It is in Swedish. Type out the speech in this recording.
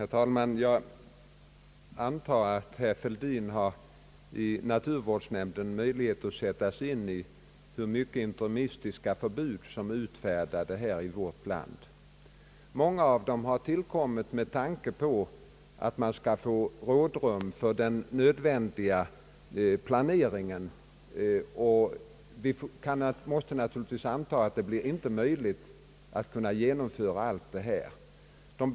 Herr talman! Jag antar att herr Fälldin har möjlighet att i naturvårdsnämnden ta reda på hur många interimistiska förbud som är utfärdade i vårt land. Många av dem har tillkommit för att man skall få rådrum för den nödvändiga planeringen. Vi måste naturligtvis då anta att det inte blir möjligt att genomföra allt det som diskuteras.